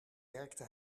werkte